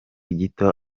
gito